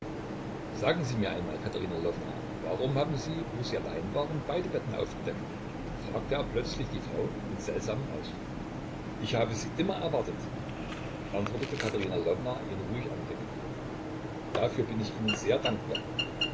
sagen sie mir einmal katerina lwowna warum haben sie wo sie allein waren beide betten aufgedeckt fragte er plötzlich die frau mit seltsamem ausdruck ich habe sie immer erwartet antwortete katerina lwowna ihn ruhig anblickend dafür bin ich ihnen sehr dankbar